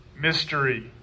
Mystery